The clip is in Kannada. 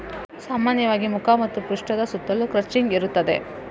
ಸಾಮಾನ್ಯವಾಗಿ ಮುಖ ಮತ್ತು ಪೃಷ್ಠದ ಸುತ್ತಲೂ ಕ್ರಚಿಂಗ್ ಇರುತ್ತದೆ